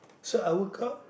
so I woke up